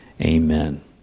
amen